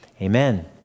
Amen